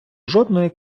жодної